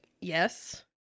Yes